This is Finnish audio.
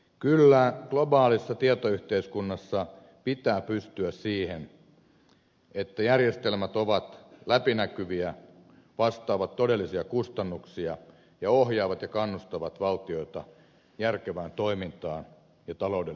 kyllä globaalissa tietoyhteiskunnassa pitää pystyä siihen että järjestelmät ovat läpinäkyviä vastaavat todellisia kustannuksia ja ohjaavat ja kannustavat valtioita järkevään toimintaan ja taloudellisuuteen